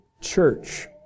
church